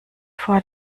vor